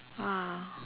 !wow!